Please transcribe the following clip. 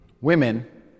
Women